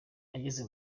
ageze